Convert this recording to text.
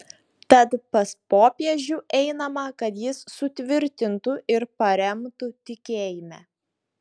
tad pas popiežių einama kad jis sutvirtintų ir paremtų tikėjime